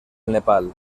nepal